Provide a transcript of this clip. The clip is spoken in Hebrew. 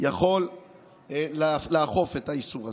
יכול לאכוף את האיסור הזה.